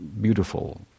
beautiful